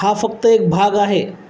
हा फक्त एक भाग आहे